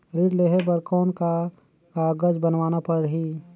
ऋण लेहे बर कौन का कागज बनवाना परही?